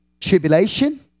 tribulation